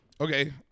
Okay